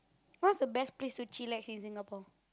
what's the best place to chillax in Singapore